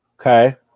Okay